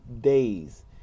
days